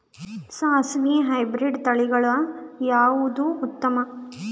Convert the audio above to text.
ಸಾಸಿವಿ ಹೈಬ್ರಿಡ್ ತಳಿಗಳ ಯಾವದು ಉತ್ತಮ?